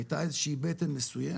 היתה איזה שהיא בטן מסויימת,